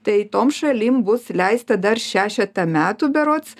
tai tom šalim bus leista dar šešetą metų berods